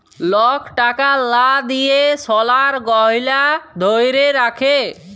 lock টাকার লা দিঁয়ে সলার গহলা ধ্যইরে রাখে